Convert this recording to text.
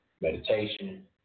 Meditation